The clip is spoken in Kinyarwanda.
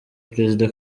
perezida